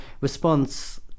response